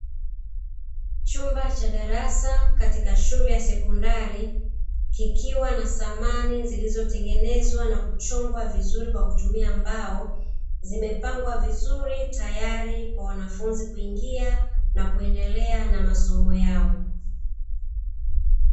Chumba cha darasa katika shule ya sekondari, kikiwa na thamanizilizotengenezwa na zilizochongwa kwa kutumia mbao zikiwa zimepangwa vizuri kikiwa tayari kwa wanafunzi kuendelea na masomo yao.